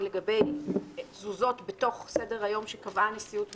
לגבי תזוזות בתוך סדר-היום שקבעה הנשיאות ושפורסם.